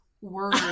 word